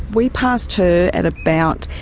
we passed her at about